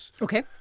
Okay